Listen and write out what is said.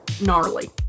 gnarly